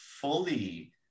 fully